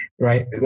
right